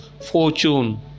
fortune